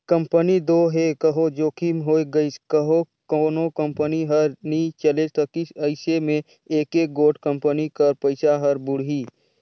company दो हे कहों जोखिम होए गइस कहों कोनो कंपनी हर नी चले सकिस अइसे में एके गोट कंपनी कर पइसा हर बुड़ही